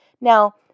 Now